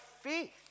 faith